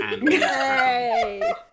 Yay